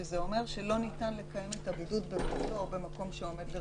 שזה אומר שלא ניתן לקיים את הבידוד בביתו או במקום שעומד לרשותו.